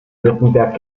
württemberg